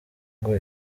ngo